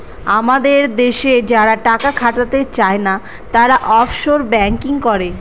আমাদের দেশে যারা টাকা খাটাতে চাই না, তারা অফশোর ব্যাঙ্কিং করে